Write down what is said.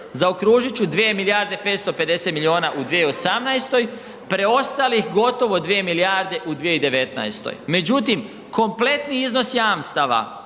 zaokružit ću 2 milijarde 550 milijuna u 2018., preostalih gotovo 2 milijarde u 2019. Međutim, kompletni iznos jamstava